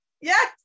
Yes